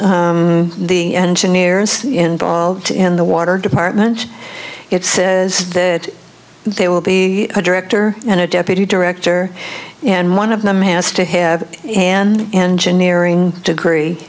the engineers involved in the water department it says that they will be a director and a deputy director and one of them has to have an engineering degree